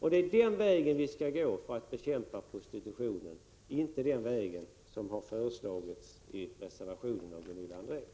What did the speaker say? Det är den vägen vi skall gå för att bekämpa prostitutionen, inte den väg som har föreslagits i reservationen av Gunilla André.